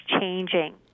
changing